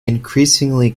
increasingly